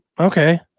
Okay